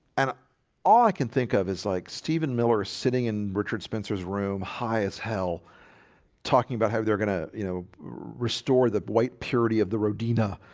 and all i can think of as like stephen miller sitting in richard spencer's room high as hell talking about how they're gonna you know restore the white purity of the rodina